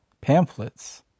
pamphlets